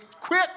quit